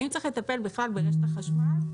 האם צריך לטפל בכלל ברשת החשמל?